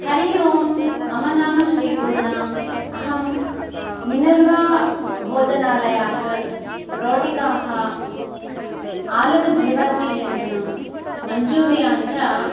हरिः ओं मम नाम श्रीपूर्णा अहं मिनर्वाभोजनालयात् रोटिकाः आलुकजीवन्तीव्यञ्जनं मञ्चूरियान् च